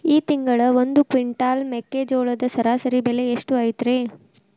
ಈ ತಿಂಗಳ ಒಂದು ಕ್ವಿಂಟಾಲ್ ಮೆಕ್ಕೆಜೋಳದ ಸರಾಸರಿ ಬೆಲೆ ಎಷ್ಟು ಐತರೇ?